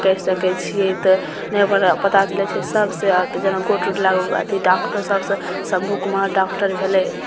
करि सकय छियै तऽ नहि हमरा पता चलय छै सभसँ जेना गोड़ टुटलाके बाद अथी डॉक्टर सभसँ शम्भू कुमार डॉक्टर भेलय